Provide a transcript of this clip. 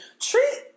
treat